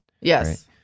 Yes